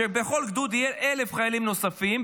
כשבכל גדוד יהיו 1,000 חיילים נוספים,